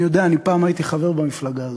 אני יודע, אני הייתי פעם חבר במפלגה הזאת.